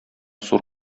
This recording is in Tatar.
зур